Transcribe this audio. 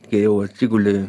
kai jau atsiguli